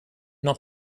not